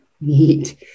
Neat